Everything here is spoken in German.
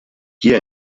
hier